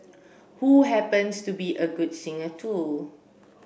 who happens to be a good singer too